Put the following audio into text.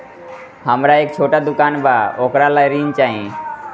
हमरा एक छोटा दुकान बा वोकरा ला ऋण चाही?